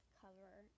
cover